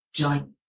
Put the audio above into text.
Join